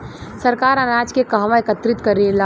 सरकार अनाज के कहवा एकत्रित करेला?